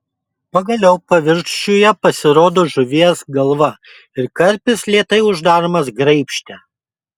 pagaliau paviršiuje pasirodo žuvies galva ir karpis lėtai uždaromas graibšte